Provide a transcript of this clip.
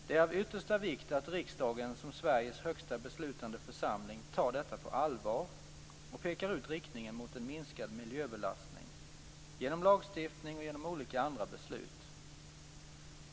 Det är av yttersta vikt att riksdagen som Sveriges högsta beslutande församling tar detta på allvar och pekar ut riktningen mot en minskad miljöbelastning genom lagstiftning och genom olika andra beslut.